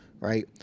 right